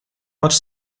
much